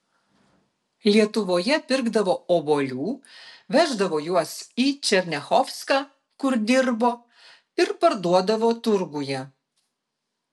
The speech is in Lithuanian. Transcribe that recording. lietuvoje pirkdavo obuolių veždavo juos į černiachovską kur dirbo ir parduodavo turguje